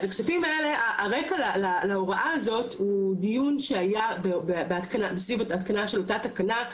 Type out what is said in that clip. הרקע להוראה הזאת הוא דיון שהיה בהתקנה של אותה תקנה,